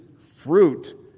fruit